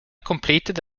completed